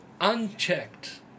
unchecked